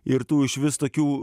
ir tų išvis tokių